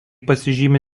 pasižymi